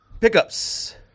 pickups